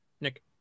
Nick